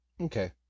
Okay